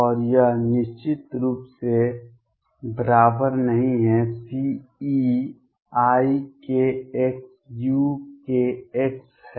और यह निश्चित रूप से ≠Ceikxuk है